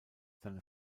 seine